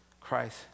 Christ